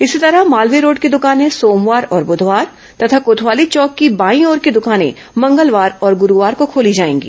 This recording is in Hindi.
इसी तरह मालवीय रोड की द्कानें सोमवार और बुधवार तथा कोतवाली चौक की बायी ओर की दुकानें मंगलवार और गुरूवार को खोली जाएंगी